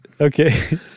Okay